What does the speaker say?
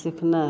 सिखनाइ